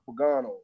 pagano